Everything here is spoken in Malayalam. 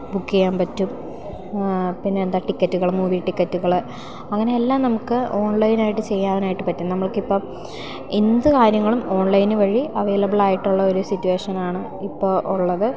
ബുക്ക് ചെയ്യാൻ പറ്റും പിന്നെന്താ ടിക്കറ്റുകൾ മൂവി ടിക്കറ്റുകൾ അങ്ങനെയെല്ലാം നമുക്ക് ഓൺലൈനായിട്ട് ചെയ്യാനായിട്ട് പറ്റും നമ്മൾക്കിപ്പം എന്തു കാര്യങ്ങളും ഓൺലൈൻ വഴി അവൈലബിളായിട്ടുള്ളൊരു സിറ്റ്വേഷനാണ് ഇപ്പോൾ ഉള്ളത്